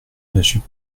monsieur